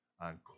on